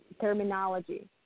terminology